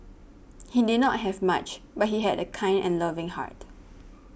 he did not have much but he had a kind and loving heart